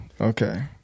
Okay